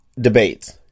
Debates